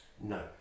No